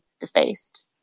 defaced